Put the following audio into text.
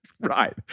Right